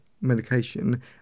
medication